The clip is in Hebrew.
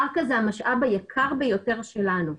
קרקע היא המשאב היקר ביותר שלנו.